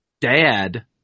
dad